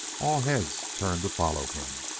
all heads turned to follow him,